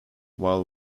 while